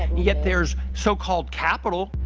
yet there is so called capital.